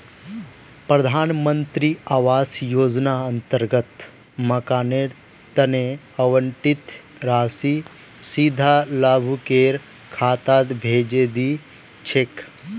प्रधान मंत्री आवास योजनार अंतर्गत मकानेर तना आवंटित राशि सीधा लाभुकेर खातात भेजे दी छेक